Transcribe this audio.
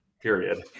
period